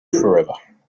forever